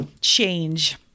change